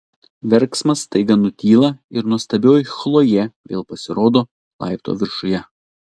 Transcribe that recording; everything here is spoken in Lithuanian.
verksmas staiga nutyla ir nuostabioji chlojė vėl pasirodo laiptų viršuje